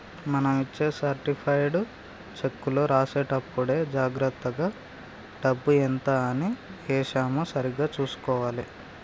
మనం ఇచ్చే సర్టిఫైడ్ చెక్కులో రాసేటప్పుడే జాగర్తగా డబ్బు ఎంత అని ఏశామో సరిగ్గా చుసుకోవాలే